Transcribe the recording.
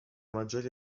maggiori